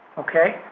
okay,